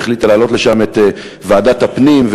שהחליטה להעלות לשם את ועדת הפנים,